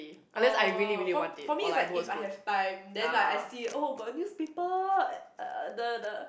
oh for for me is like if I have time then like I see got newspaper the the